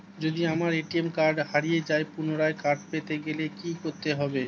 যদি আমার ATM card হারিয়ে যায় পুনরায় কার্ড পেতে গেলে কি করতে হবে?